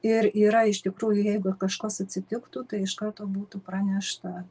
ir yra iš tikrųjų jeigu ir kažkas atsitiktų tai iš karto būtų pranešta